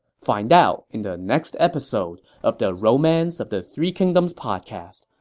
find out in the next episode of the romance of the three kingdoms podcast.